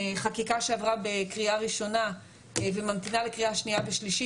חקיקה שעברה בקריאה ראשונה וממתינה לקריאה שנייה ושלישית.